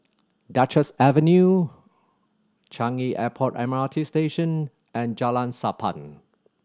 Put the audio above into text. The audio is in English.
Duchess Avenue Changi Airport M R T Station and Jalan Sappan